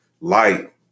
light